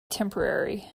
temporary